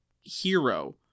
hero